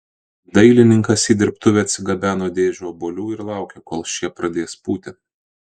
dailininkas į dirbtuvę atsigabeno dėžę obuolių ir laukė kol šie pradės pūti